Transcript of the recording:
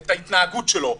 את ההתנהגות שלו.